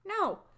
No